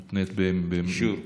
מותנית באישור הממשלה.